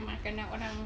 makanan orang